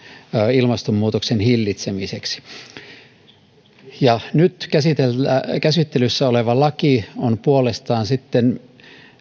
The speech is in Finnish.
ilmastonmuutoksen hillitsemiseksi nyt käsittelyssä oleva laki on puolestaan sitten